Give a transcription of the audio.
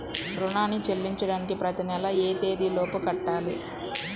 రుణాన్ని చెల్లించడానికి ప్రతి నెల ఏ తేదీ లోపు కట్టాలి?